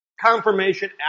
confirmation